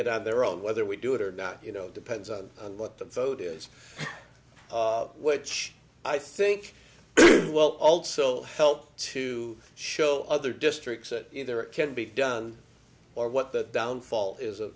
it on their own whether we do it or not you know depends on what the vote is which i think well also help to show other districts that either it can't be done or what the downfall is